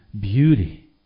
beauty